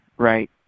right